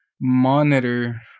monitor